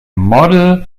model